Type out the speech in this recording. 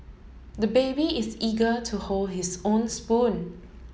the baby is eager to hold his own spoon